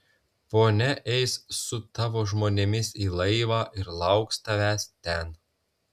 ponia eis su tavo žmonėmis į laivą ir lauks tavęs ten